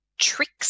tricks